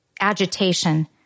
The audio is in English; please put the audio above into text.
Agitation